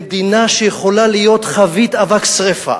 במדינה שיכולה להיות חבית אבק שרפה